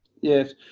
yes